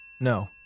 no